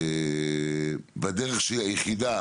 והדרך שהיא היחידה